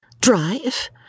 Drive